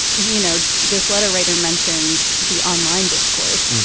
you know, this letter writer mentions the online discourse.